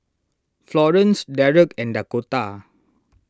Florence Derek and Dakotah